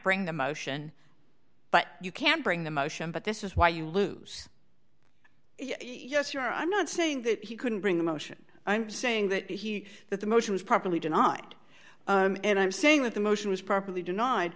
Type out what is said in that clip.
bring the motion but you can't bring the motion but this is why you lose yes you are i'm not saying that he couldn't bring the motion i'm saying that he that the motion was properly denied and i'm saying that the motion was properly denied